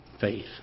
faith